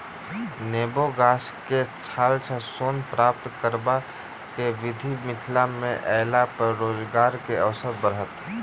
नेबो गाछक छाल सॅ सोन प्राप्त करबाक विधि मिथिला मे अयलापर रोजगारक अवसर बढ़त